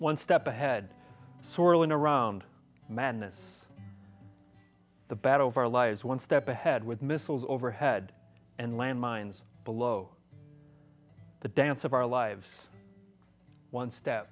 one step ahead sorel in a round madness the battle for our lives one step ahead with missiles overhead and land mines below the dance of our lives one step